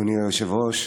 אדוני היושב-ראש,